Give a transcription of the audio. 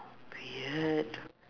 weird